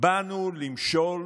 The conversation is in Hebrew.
באנו למשול,